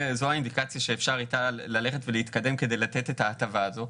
האינדיקציה שאיתה אפשר ללכת ולהתקדם ולתת את ההטבה הזאת,